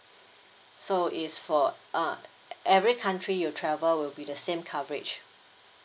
so it's for uh every country you travel will be the same coverage